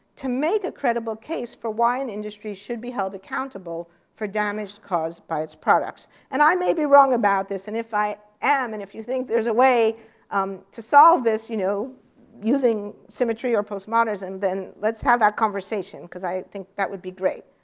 to make a credible case for why an industry should be held accountable for damage caused by its products. and i may be wrong about this, and if i am, and if you think there's a way um to solve this you know using symmetry or post-modernism, then let's have that conversation because i think that would be great.